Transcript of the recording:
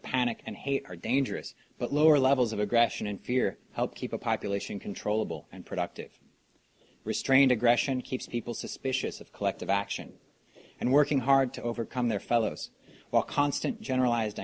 panic and hate are dangerous but lower levels of aggression and fear help keep a population controllable and productive restrained aggression keeps people suspicious of collective action and working hard to overcome their fellows while constant generalized